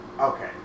Okay